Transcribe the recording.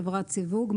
"חברת סיווג",